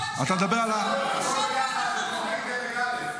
הכול ביחד הם טכנאים דרג א'.